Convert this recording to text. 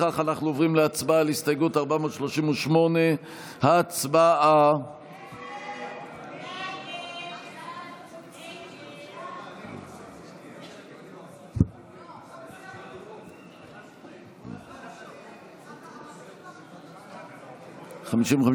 לפיכך אנחנו עוברים להצבעה על הסתייגות 438. הצבעה.